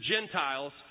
Gentiles